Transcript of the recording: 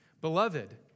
Beloved